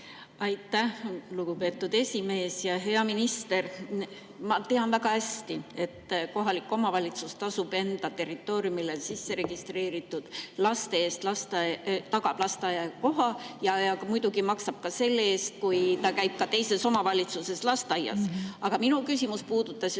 Aitäh, lugupeetud esimees! Hea minister! Ma tean väga hästi, et kohalik omavalitsus tasub enda territooriumile registreeritud laste eest, tagab lasteaiakoha ja muidugi maksab ka selle eest, kui laps käib teises omavalitsuses lasteaias. Aga minu küsimus puudutas just